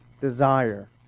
desire